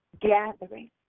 gathering